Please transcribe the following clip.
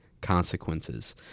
consequences